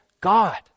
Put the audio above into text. God